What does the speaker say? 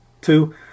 Two